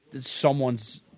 someone's